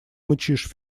мычишь